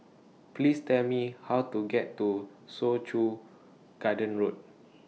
Please Tell Me How to get to Soo Chow Garden Road